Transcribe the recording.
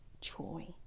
joy